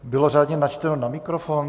Bylo řádně načteno na mikrofon?